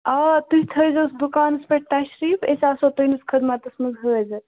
آ تُہی تھٲوزیٚو دُکانس پٮ۪ٹھ تشریٖف أس آسو تُہندِس خٕدمَتس منٛز حاظِر